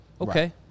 Okay